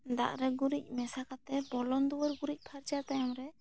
ᱫᱟᱜ ᱨᱮ ᱜᱩᱨᱤᱡᱽ ᱢᱮᱥᱟ ᱠᱟᱛᱮ ᱵᱚᱞᱚᱱ ᱫᱩᱣᱟᱹᱨ ᱜᱩᱨᱤᱡᱽ ᱯᱷᱟᱨᱪᱟ ᱛᱟᱭᱚᱢ ᱨᱮ